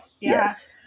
yes